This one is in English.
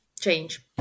change